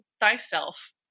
thyself